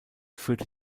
führte